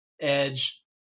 edge